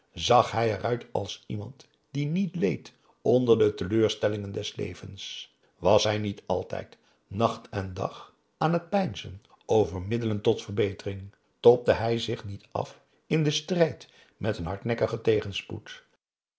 zag hij eruit als iemand die niet leed onder de teleurstellingen des levens was hij niet altijd nacht en dag aan het peinzen over middelen tot verbetering tobde hij zich niet af in den strijd met een hardnekkigen tegenspoed